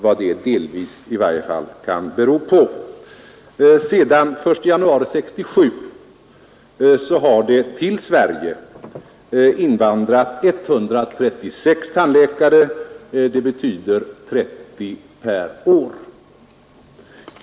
Sedan den 1 januari 1967 har det till Sverige invandrat 136 tandläkare — det betyder 30 stycken per är.